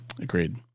Agreed